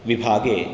विभागे